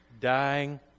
Dying